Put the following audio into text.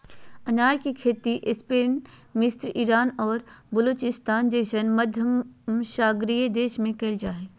अनार के खेती स्पेन मिस्र ईरान और बलूचिस्तान जैसन भूमध्यसागरीय देश में कइल जा हइ